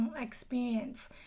experience